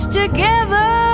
together